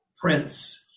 prince